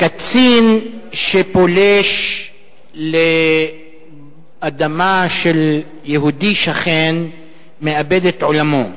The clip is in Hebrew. קצין שפולש לאדמה של יהודי שכן מאבד את עולמו,